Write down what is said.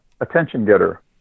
attention-getter